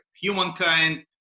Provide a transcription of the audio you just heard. humankind